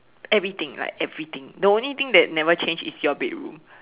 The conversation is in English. everything like everything the only thing that never change is your bedroom